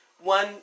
One